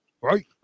Right